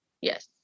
Yes